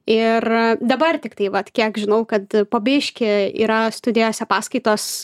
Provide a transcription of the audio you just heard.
ir dabar tiktai vat kiek žinau kad po biškį yra studijose paskaitos